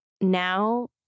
now